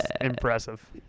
impressive